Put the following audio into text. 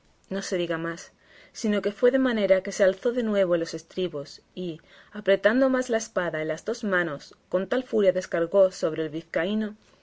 no se diga más sino que fue de manera que se alzó de nuevo en los estribos y apretando más la espada en las dos manos con tal furia descargó sobre el vizcaíno